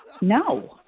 No